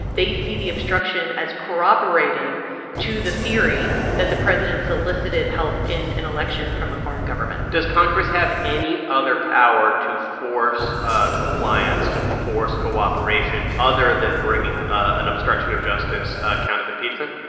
they see the obstruction as corroborating to the theory that the president solicited help in an election from a foreign government does congress have any other power to force ah compliance, to force cooperation, other than bringing an obstruction of justice account of impeachment?